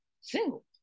single